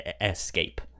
escape